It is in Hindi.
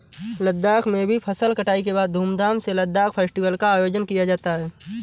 लद्दाख में भी फसल कटाई के बाद धूमधाम से लद्दाख फेस्टिवल का आयोजन किया जाता है